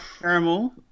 caramel